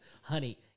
Honey